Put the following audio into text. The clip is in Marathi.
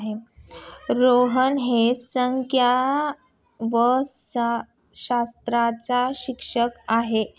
रोहन हा संख्याशास्त्राचा शिक्षक आहे